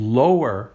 lower